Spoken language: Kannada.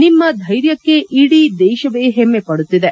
ನಿಮ್ಮ ಧೈರ್ಯಕ್ಕೆ ಇಡೀ ದೇಶವೇ ಹೆಮ್ಮೆ ಪಡುತ್ತಿದೆ